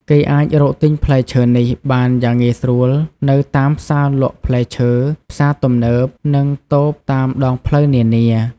គេអាចរកទិញផ្លែឈើនេះបានយ៉ាងងាយស្រួលនៅតាមផ្សារលក់ផ្លែឈើ ផ្សារទំនើប និងតូបតាមដងផ្លូវនានា។